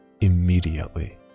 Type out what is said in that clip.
immediately